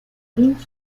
roues